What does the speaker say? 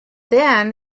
then